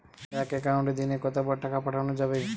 এক একাউন্টে দিনে কতবার টাকা পাঠানো যাবে?